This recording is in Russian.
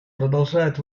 продолжает